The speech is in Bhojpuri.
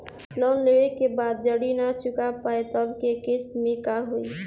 लोन लेवे के बाद जड़ी ना चुका पाएं तब के केसमे का होई?